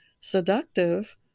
seductive